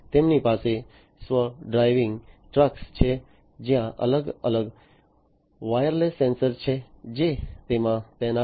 તેમની પાસે સ્વ ડ્રાઇવિંગ ટ્રક છે જ્યાં અલગ અલગ વાયરલેસ સેન્સર છે જે તેમાં તૈનાત છે